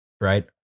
Right